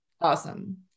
awesome